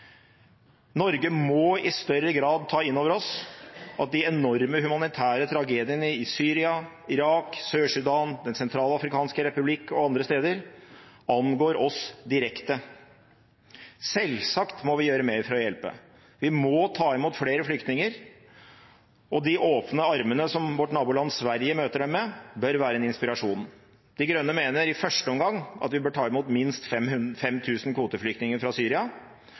Norge må i større grad ta inn over seg at de enorme humanitære tragediene i Syria, Irak, Sør-Sudan, Den Sentralafrikanske Republikk og andre steder angår oss direkte. Selvsagt må vi gjøre mer for å hjelpe. Vi må ta imot flere flyktninger, og de åpne armene som vårt naboland Sverige møter dem med, bør være en inspirasjon. De Grønne mener at vi i første omgang bør ta imot minst 5 000 kvoteflyktninger fra Syria,